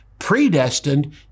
predestined